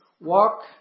walk